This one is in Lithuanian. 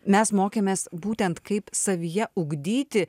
mes mokėmės būtent kaip savyje ugdyti